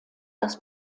das